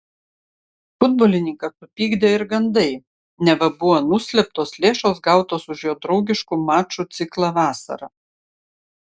futbolininką supykdė ir gandai neva buvo nuslėptos lėšos gautos už jo draugiškų mačų ciklą vasarą